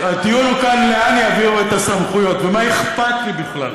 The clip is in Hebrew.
אני אגיד לך את האמת, גברתי, אני,